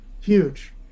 huge